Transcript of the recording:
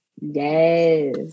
yes